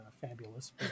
fabulous